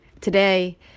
Today